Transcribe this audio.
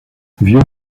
vieux